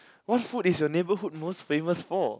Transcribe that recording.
what food is your neighborhood most famous for